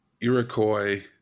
Iroquois